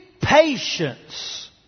patience